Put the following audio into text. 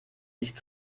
nicht